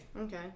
Okay